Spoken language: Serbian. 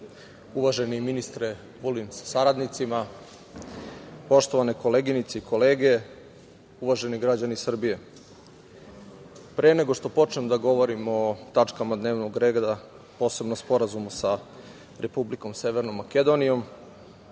uvaženi ministre Vulin sa saradnicima, poštovane koleginice i kolege, uvaženi građani Srbije, pre nego što počnem da govorim o tačkama dnevnog reda, posebno sporazumu sa Republikom Severnom Makedonijom,